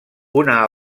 una